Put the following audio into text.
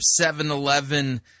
7-Eleven